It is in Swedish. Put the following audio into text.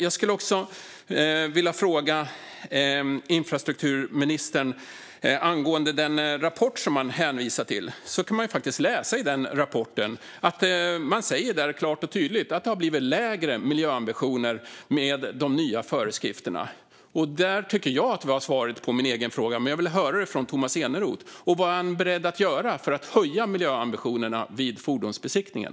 Jag skulle också vilja fråga infrastrukturministern angående den rapport som man hänvisar till. Det sägs faktiskt klart och tydligt i den rapporten att det har blivit lägre miljöambitioner med de nya föreskrifterna. Där tycker jag att jag får svaret på min egen fråga, men jag vill höra det från Tomas Eneroth. Och vad är han beredd att göra för att höja miljöambitionerna vid fordonsbesiktningen?